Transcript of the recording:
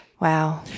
Wow